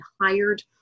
hired